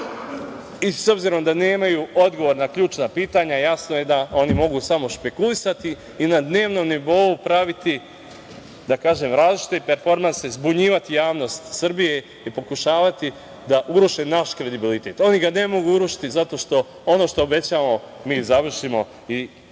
obzirom da nemaju odgovor na ključna pitanja, jasno je da oni mogu samo spekulisati i na dnevnom nivou praviti različite performanse, zbunjivati javnost Srbije i pokušavati da uruše naš kredibilitet. Oni ga ne mogu urušiti zato što ono obećamo mi i završimo.